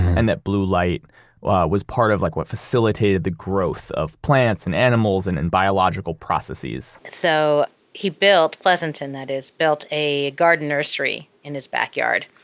and that blue light was was part of like what facilitated the growth of plants and animals, and in biological processes so he built pleasanton that is, built a garden nursery in his backyard,